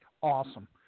Awesome